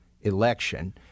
election